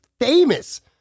famous